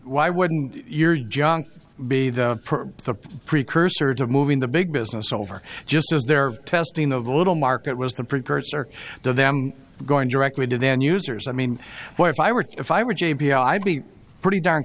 why wouldn't your junk be the precursor to moving the big business over just as they're testing the little market was the precursor to them going directly to their own users i mean if i were if i were j p i'd be pretty darn